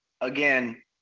again